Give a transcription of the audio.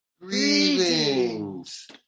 Greetings